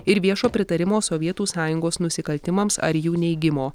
ir viešo pritarimo sovietų sąjungos nusikaltimams ar jų neigimo